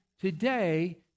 today